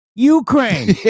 ukraine